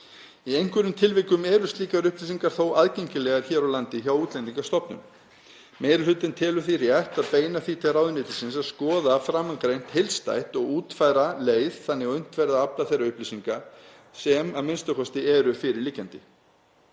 Í einhverjum tilvikum eru slíkar upplýsingar þó aðgengilegar hér á landi hjá Útlendingastofnun. Meiri hlutinn telur því rétt að beina því til ráðuneytisins að skoða framangreint heildstætt og útfæra leið þannig að unnt verði að afla þeirra upplýsinga sem a.m.k. eru fyrirliggjandi.